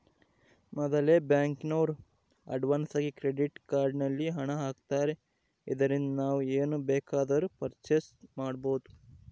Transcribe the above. ಮೊದಲೆ ಬ್ಯಾಂಕಿನೋರು ಅಡ್ವಾನ್ಸಾಗಿ ಕ್ರೆಡಿಟ್ ಕಾರ್ಡ್ ನಲ್ಲಿ ಹಣ ಆಗ್ತಾರೆ ಇದರಿಂದ ನಾವು ಏನ್ ಬೇಕಾದರೂ ಪರ್ಚೇಸ್ ಮಾಡ್ಬಬೊದು